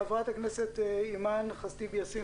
חברת הכנסת אימאן ח'טיב יאסין,